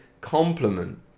compliment